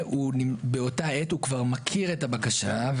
אוקי, בבקשה.